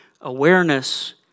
awareness